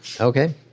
Okay